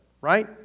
right